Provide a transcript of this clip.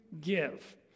give